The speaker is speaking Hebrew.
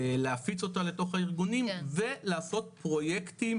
להפיץ אותה לתוך הארגונים ולעשות פרויקטים